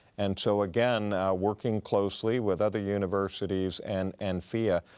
and so again, working closely with other universities and and fia,